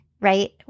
right